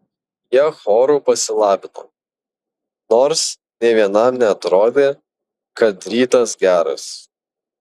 jie choru pasilabino nors nė vienam neatrodė kad rytas geras